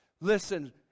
Listen